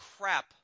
crap